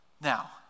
Now